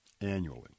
annually